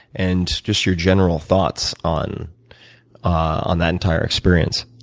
and just your general thoughts on on that entire experience?